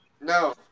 No